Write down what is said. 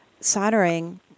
soldering